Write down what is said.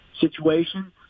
situation